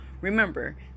Remember